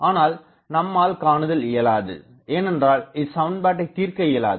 ஆனால் நம்மால் காணுதல் இயலாது ஏனென்றால்இச்சமன்பாட்டைதீர்க்க இயலாது